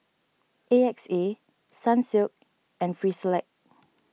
A X A Sunsilk and Frisolac